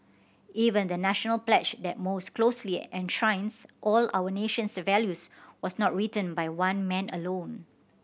even the National pledge that most closely enshrines all our nation's values was not written by one man alone